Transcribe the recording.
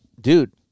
dude